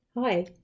Hi